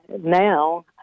Now